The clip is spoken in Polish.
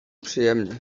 przyjemnie